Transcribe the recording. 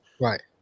right